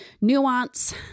nuance